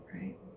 right